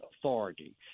authority